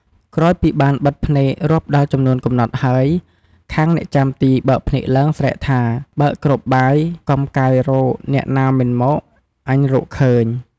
ក្រោយពីបានបិទភ្នែករាប់ដល់ចំនួនកំណត់ហើយ ខាងអ្នកចាំទីបើកភ្នែកឡើងស្រែកថា "បើកគ្របបាយ កំកាយរក អ្នកណាមិនមក អញរកឃើញ"។